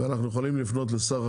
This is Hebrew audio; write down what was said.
ואנחנו יכולים לפנות לשר החקלאות,